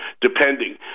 depending